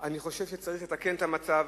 אני חושב שצריך לתקן את המצב,